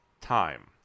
time